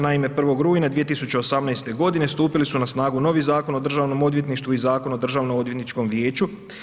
Naime, 1. rujna 2018. godine stupili su na snagu novi Zakon o državnom odvjetništvu i Zakon o državno odvjetničkom vijeću.